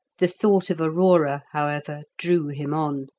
the thought of aurora, however, drew him on.